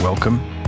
Welcome